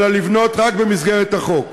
אלא לבנות רק במסגרת החוק.